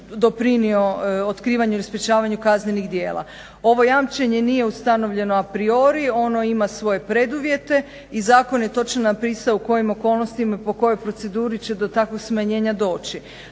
doprinio otkrivanju i sprječavanju kaznenih djela. Ovo jamčenje nije ustanovljeno a priori, ono ima svoje preduvjete i zakon je točno napisao u kojim okolnostima i po kojoj proceduri će do takvih smanjenja doći.